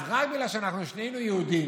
אז רק בגלל שאנחנו שנינו יהודים,